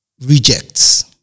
rejects